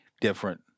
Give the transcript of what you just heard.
different